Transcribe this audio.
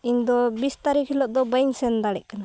ᱤᱧᱫᱚ ᱵᱤᱥ ᱛᱟᱨᱤᱠᱷ ᱦᱤᱞᱳᱜ ᱫᱚ ᱵᱟᱹᱧ ᱥᱮᱱ ᱫᱟᱲᱮᱭᱟᱜ ᱠᱟᱱᱟ